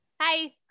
Hi